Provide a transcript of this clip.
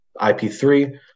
IP3